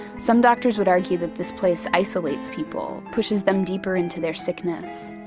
some doctors would argue that this place isolates people, pushes them deeper into their sickness.